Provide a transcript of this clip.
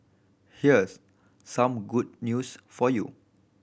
here's some good news for you